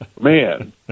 man